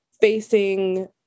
facing